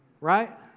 Right